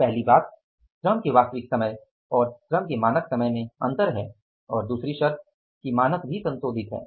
तो पहली बात श्रम के वास्तविक समय और श्रम के मानक समय में अंतर है और दूसरी शर्त यह है कि मानक भी संशोधित है